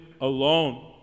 alone